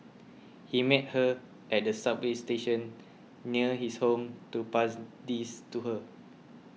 he met her at a subway station near his home to pass these to her